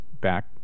back